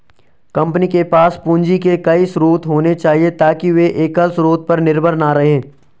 company के पास पूंजी के कई स्रोत होने चाहिए ताकि वे एकल स्रोत पर निर्भर न रहें